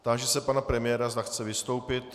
Táži se pana premiéra, zda chce vystoupit.